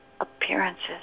appearances